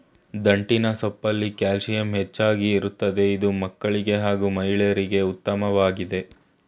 ದಂಟಿನ ಸೊಪ್ಪಲ್ಲಿ ಕ್ಯಾಲ್ಸಿಯಂ ಹೆಚ್ಚಾಗಿ ಇರ್ತದೆ ಇದು ಮಕ್ಕಳಿಗೆ ಹಾಗೂ ಮಹಿಳೆಯರಿಗೆ ಉತ್ಮವಾಗಯ್ತೆ